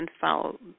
follow